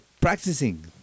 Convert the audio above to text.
practicing